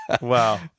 Wow